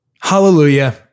hallelujah